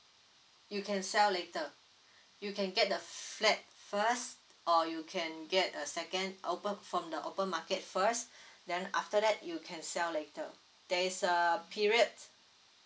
you can sell later you can get the flat first or you can get a second open from the open market first then after that you can sell later there is a period